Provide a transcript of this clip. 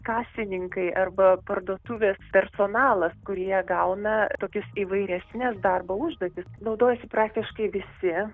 kasininkai arba parduotuvės personalas kurie gauna tokias įvairesnes darbo užduotis naudojasi praktiškai visi